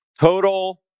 total